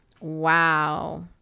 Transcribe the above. Wow